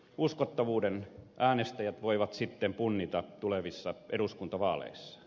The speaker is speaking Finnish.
uskottavuuden äänestäjät voivat sitten punnita tulevissa eduskuntavaaleissa